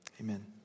Amen